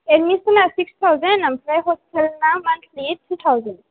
admission आ six thousand आमफ्राय हस्टेलना मन्थलि थ्री थाउसेन्ड